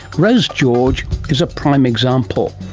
rose george is a prime example.